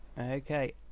Okay